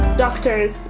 Doctors